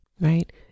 right